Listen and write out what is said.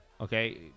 okay